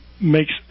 makes